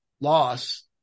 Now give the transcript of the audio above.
loss